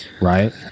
Right